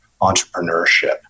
entrepreneurship